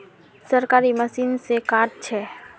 सरकारी मशीन से कार्ड छै?